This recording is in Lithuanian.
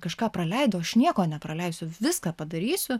kažką praleido aš nieko nepraleisiu viską padarysiu